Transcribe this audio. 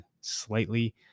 slightly